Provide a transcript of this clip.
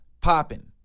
popping